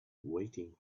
waiting